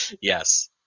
yes